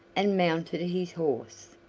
and mounted his horse,